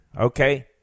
Okay